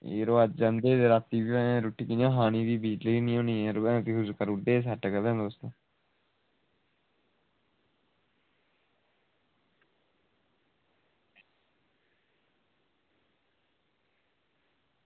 यरो अज्ज आंदे रातीं रुट्टी कुत्थें खानी भी बिजली बी निं होनी बिजली सेट करी ओड़दे हे तुस